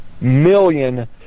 million